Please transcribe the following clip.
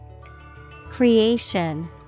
Creation